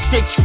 Six